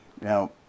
Now